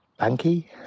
banky